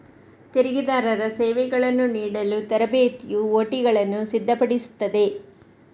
ತೆರಿಗೆದಾರರ ಸೇವೆಗಳನ್ನು ನೀಡಲು ತರಬೇತಿಯು ಒ.ಟಿಗಳನ್ನು ಸಿದ್ಧಪಡಿಸುತ್ತದೆ